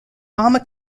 bomber